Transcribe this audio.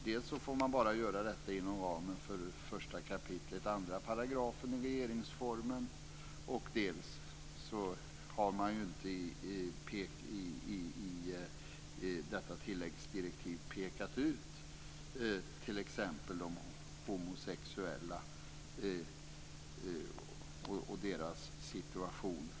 Dels får den bara göra detta inom ramen för 1 kap. 2 § regeringsformen, dels har inte regeringen i detta tilläggsdirektiv pekat ut t.ex. de homosexuella och deras situation.